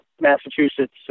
Massachusetts